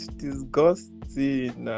disgusting